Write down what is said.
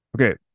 Okay